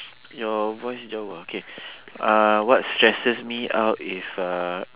your voice drop ah okay uh what stresses me out if uh